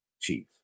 Chief